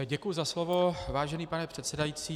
Děkuji za slovo, vážený pane předsedající.